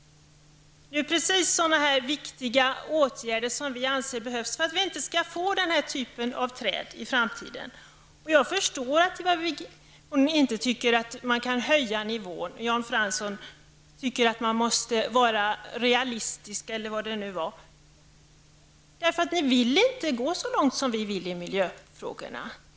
Det är precis sådana viktiga åtgärder som enligt vår mening behövs för att vi inte skall få denna typ av träd i framtiden. Jag förstår att Ivar Virgin inte anser att man kan höja nivån och att Jan Fransson tycker att man skall vara realistisk, eller vad det nu var. Ni vill inte gå så långt som vi i miljöpartiet i miljöfrågorna.